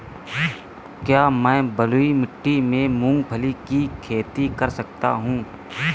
क्या मैं बलुई मिट्टी में मूंगफली की खेती कर सकता हूँ?